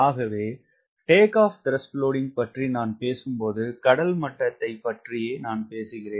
ஆகவே பற்றி நான் பேசும் போது கடல் மட்டத்தை பற்றியே நான் பேசுகிறேன்